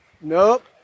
Nope